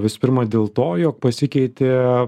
visų pirma dėl to jog pasikeitė